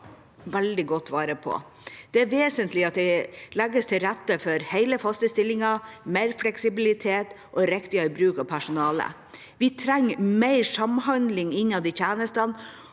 veldig godt vare på. Det er vesentlig at det legges til rette for hele, faste stillinger, mer fleksibilitet og riktigere bruk av personalet. Vi trenger mer samhandling innad i tjenestene